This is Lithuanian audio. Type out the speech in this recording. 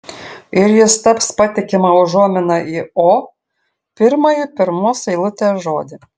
ir jis taps patikima užuomina į o pirmąjį pirmos eilutės žodį